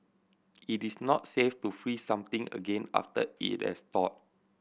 it is not safe to freeze something again after it has thawed